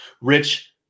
rich